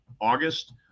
August